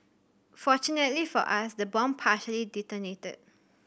fortunately for us the bomb partially detonated